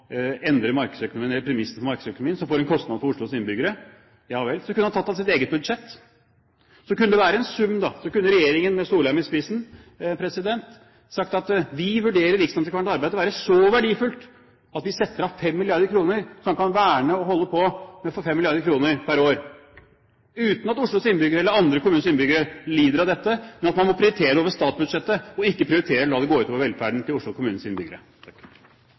for markedsøkonomien, som får en kostnad for Oslos innbyggere, så kunne han tatt av sitt eget budsjett. Så kunne det være en sum, og så kunne regjeringen, med Solheim i spissen, sagt at vi vurderer riksantikvarens arbeid til å være så verdifullt at vi setter av 5 mrd. kr, så han kan verne og holde på – men for 5 mrd. kr pr. år – uten at Oslos innbyggere eller andre kommuners innbyggere lider under dette; man må prioritere det over statsbudsjettet og ikke la det gå ut over velferden til Oslo kommunes innbyggere.